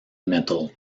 metal